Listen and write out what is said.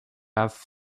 have